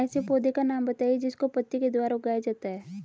ऐसे पौधे का नाम बताइए जिसको पत्ती के द्वारा उगाया जाता है